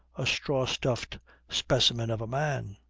a straw-stuffed specimen of a man.